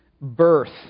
birth